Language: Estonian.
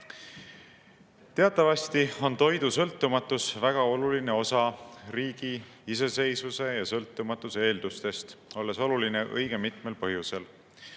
"Teatavasti on toidusõltumatus väga oluline osa riigi iseseisvuse ja sõltumatuse eeldustest, olles oluline õige mitmel põhjusel.